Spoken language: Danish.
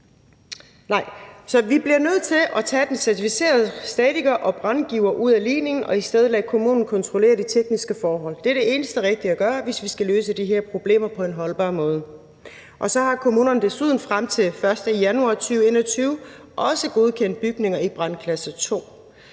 vi bliver nødt til at tage den certificerede statiker og brandrådgiver ud af ligningen og i stedet lade kommunen kontrollere de tekniske forhold. Det er det eneste rigtige at gøre, hvis vi skal løse de her problemer på en holdbar måde. Og så har kommunerne desuden frem til den 1. januar 2021 også godkendt bygninger i brandklasse 2.